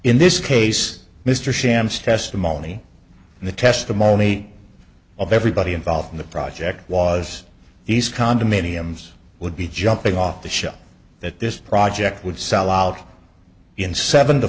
in this case mr shams testimony in the testimony of everybody involved in the project was east condominiums would be jumping off the shelf that this project would sell out in seven to